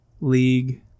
League